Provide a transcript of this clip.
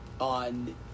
On